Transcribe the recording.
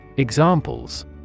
Examples